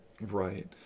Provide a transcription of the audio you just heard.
right